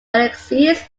alexis